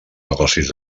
negocis